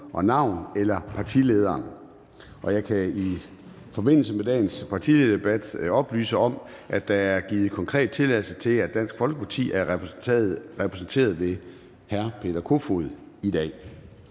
og navn eller partilederen. Og jeg kan i forbindelse med dagens partilederdebat oplyse om, at der er givet konkret tilladelse til, at Dansk Folkeparti er repræsenteret ved hr. Peter Kofod i dag.